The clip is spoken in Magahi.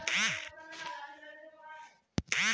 फ्लेल एक प्रकारेर थ्रेसिंग डिवाइस छ